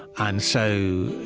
and so,